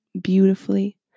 beautifully